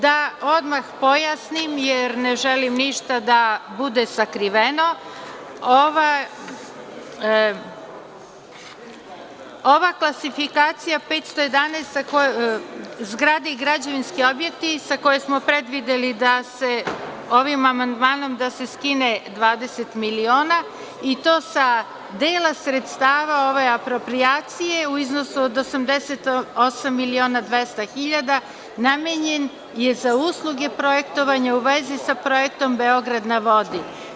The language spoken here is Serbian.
Da odmah pojasnim, jer ne želim ništa da bude sakriveno, ova klasifikacija 511 Zgrade i građevinski objekti, za koju smo predvideli da se ovim amandmanom skine 20 miliona i to sa dela sredstava ove aproprijacije u iznosu od 88.200.000, namenjena je za usluge projektovanja u vezi sa projektom „Beograd na vodi“